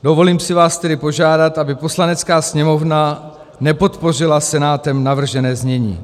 Dovolím si vás tedy požádat, aby Poslanecká sněmovna nepodpořila Senátem navržené znění.